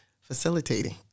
facilitating